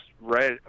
right